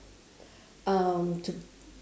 um to